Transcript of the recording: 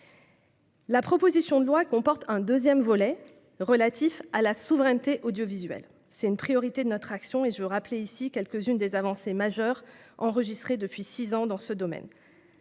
La proposition de loi comporte un second volet relatif à la souveraineté audiovisuelle. C'est une priorité de notre action, et je veux rappeler ici quelques-unes des avancées majeures enregistrées depuis six ans dans ce domaine.